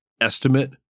estimate